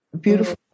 beautiful